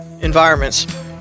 environments